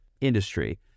industry